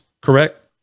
correct